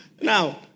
Now